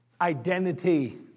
identity